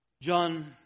John